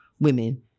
women